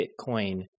Bitcoin